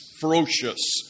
ferocious